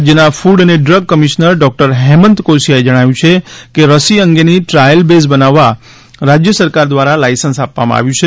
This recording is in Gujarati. રાજ્યના ફૂડ અને ડ્રગ કમિશનર ડોક્ટર હેમંત કોશિયાએ જણાવ્યું છે કે રસી અંગેની ટ્રાયલ બેઝ બનાવવા રાજ્ય સરકાર દ્વારા લાયસન્સ આપવામાં આવ્યું છે